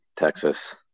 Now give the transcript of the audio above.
texas